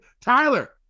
Tyler